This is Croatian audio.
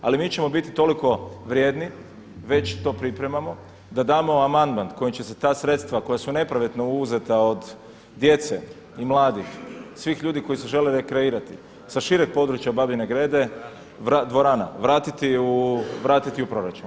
Ali mi ćemo biti toliko vrijedni, već to pripremamo, da damo amandman kojim će se ta sredstva koja su nepovratno uzeta od djece i mladih, svih ljudi koji se žele rekreirati sa šireg područja Babine Grede, dvorana, vratiti u proračun.